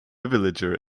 villager